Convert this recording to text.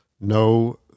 no